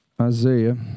Isaiah